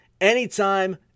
anytime